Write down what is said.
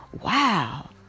Wow